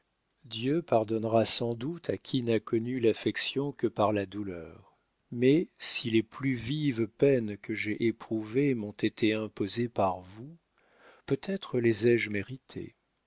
dieu pardonnera sans doute à qui n'a connu l'affection que par la douleur mais si les plus vives peines que j'aie éprouvées m'ont été imposées par vous peut-être les ai-je méritées